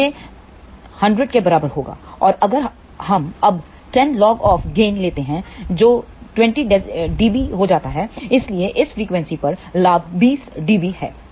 तो यह 100 के बराबर होगा और अगर हम अब 10 लॉग ऑफ गेन लेते हैं जो 20 डीबी हो जाता है इसलिए इस फ्रीक्वेंसी पर लाभ 20 डीबी है